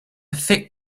thick